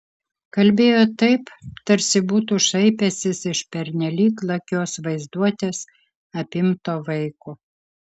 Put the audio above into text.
kalbėjo taip tarsi būtų šaipęsis iš pernelyg lakios vaizduotės apimto vaiko